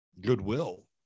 Goodwill